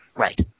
Right